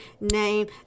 name